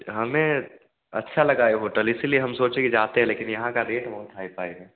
हमें अच्छा लगा है वह होटल इसीलिए हम सोचे कि जाते हैं लेकिन यहाँ का रेट बहुत हाई फाई है